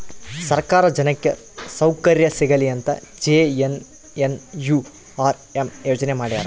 ಸರ್ಕಾರ ಜನಕ್ಕೆ ಸೌಕರ್ಯ ಸಿಗಲಿ ಅಂತ ಜೆ.ಎನ್.ಎನ್.ಯು.ಆರ್.ಎಂ ಯೋಜನೆ ಮಾಡ್ಯಾರ